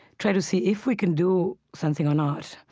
try to see if we can do something or not,